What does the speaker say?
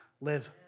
Live